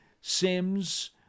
Sims